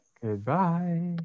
Goodbye